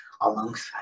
alongside